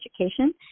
education